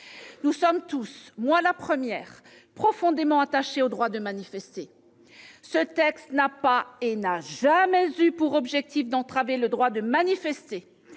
Nous sommes tous, moi la première, profondément attachés au droit de manifester. Ce texte n'a pas et n'a jamais eu pour objectif d'entraver le droit de manifester